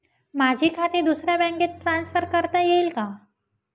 माझे खाते दुसऱ्या बँकेत ट्रान्सफर करता येईल का?